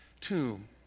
tomb